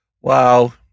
Wow